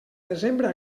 desembre